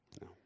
No